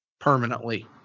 permanently